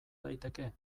daiteke